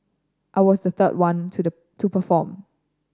I was the third one to the to perform